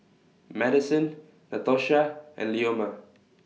Maddison Natosha and Leoma